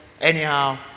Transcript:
anyhow